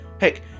Heck